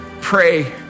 pray